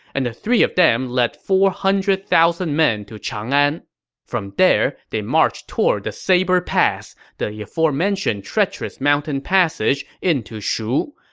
and the three of them led four hundred thousand troops to chang'an. from there, they marched toward the sabre pass, the the aforementioned treacherous mountain passage into shu.